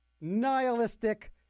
nihilistic